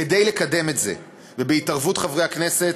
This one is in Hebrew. כדי לקדם את זה, ובהתערבות חברי הכנסת,